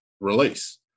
release